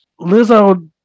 Lizzo